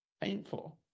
painful